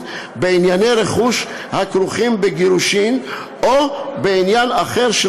בענייני רכוש הכרוכים בגירושין או בעניין אחר של